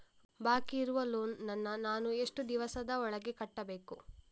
ಬಾಕಿ ಇರುವ ಲೋನ್ ನನ್ನ ನಾನು ಎಷ್ಟು ದಿವಸದ ಒಳಗೆ ಕಟ್ಟಬೇಕು?